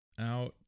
out